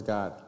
God